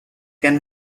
can